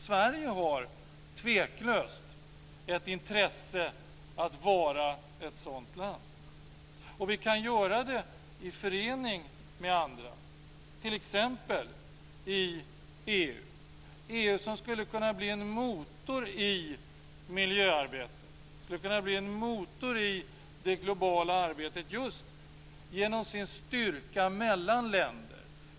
Sverige har tveklöst ett intresse av att vara ett sådant land. Och vi kan göra det i förening med andra, t.ex. i EU. EU skulle kunna bli en motor i miljöarbetet, en motor i det globala arbetet just genom sin styrka mellan länder.